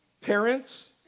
Parents